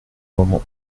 moment